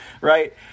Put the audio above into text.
right